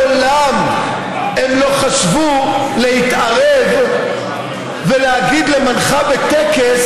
מעולם הם לא חשבו להתערב ולהגיד למנחה בטקס